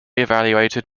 evaluated